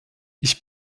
ich